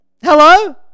Hello